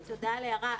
תודה על ההערה,